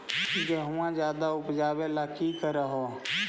गेहुमा ज्यादा उपजाबे ला की कर हो?